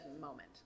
moment